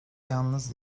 yalnız